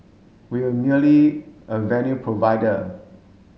we were merely a venue provider